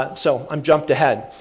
ah so, i'm jumped ahead.